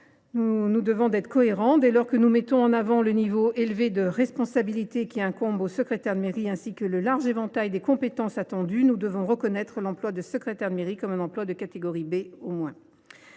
nous devons d’être cohérents : dès lors que nous mettons en avant le niveau élevé de responsabilités qui incombe aux secrétaires de mairie, ainsi que le large éventail des compétences attendues, nous devons reconnaître l’emploi de secrétaire de mairie comme un emploi de catégorie B au moins.